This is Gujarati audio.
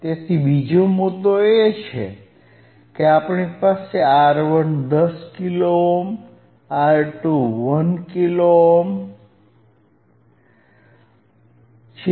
તેથી બીજો મુદ્દો એ છે કે આપણી પાસે R1 10 kilo ohm R2 1 kilo ohm છે